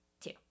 Two